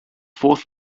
fourth